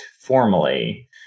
formally